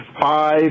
five